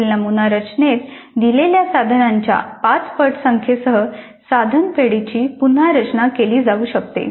येथील नमुना रचनेत दिलेल्या साधनांच्या पाच पट संख्येसह साधन पेढीची पुन्हा रचना केली जाऊ शकते